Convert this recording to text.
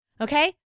Okay